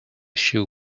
shoe